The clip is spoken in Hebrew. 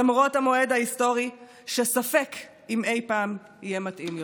למרות המועד ההיסטורי שספק אם אי-פעם יהיה מתאים יותר.